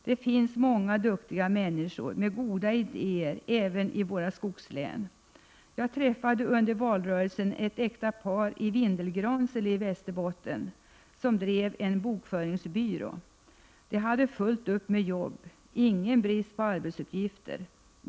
Det finns många duktiga människor med goda idéer, även i våra skogslän. Under valrörelsen träffade jag ett äkta par i Vindelgransele i Västerbotten, som driver en bokföringsbyrå. De hade fullt upp med jobb. Det rådde alltså ingen brist på arbetsuppgifter.